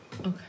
okay